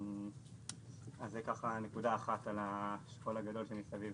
זו נקודה אחת על השכול הגדול שמסביב.